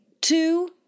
two